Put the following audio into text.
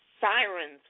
Sirens